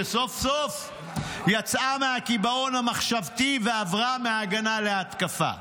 שסוף-סוף יצאה מהקיבעון המחשבתי ועברה מהגנה להתקפה.